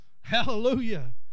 Hallelujah